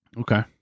Okay